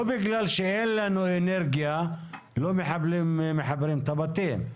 לא בגלל שאין לנו אנרגיה לא מחברים את הבתים.